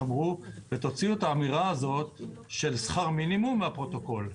תוציאו את האמירה הזו של שכר מינימום מהפרוטוקול,